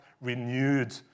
renewed